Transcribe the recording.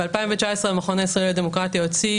ב- 2019 המכון הישראלי לדמוקרטיה הוציא